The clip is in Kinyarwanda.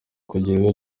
kugira